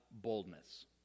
boldness